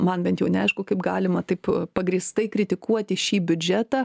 man bent jau neaišku kaip galima taip pagrįstai kritikuoti šį biudžetą